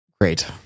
great